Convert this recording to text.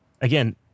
again